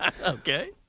Okay